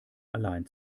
allein